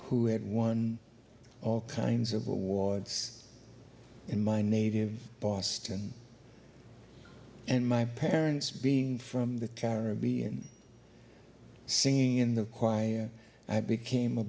who had won all kinds of awards in my native boston and my parents being from the caribbean singing in the choir i became a